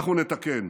אנחנו נתקן.